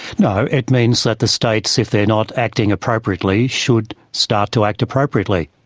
no, it means that the states, if they're not acting appropriately, should start to act appropriately.